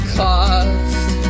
cost